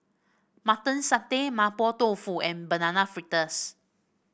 Mutton Satay Mapo Tofu and Banana Fritters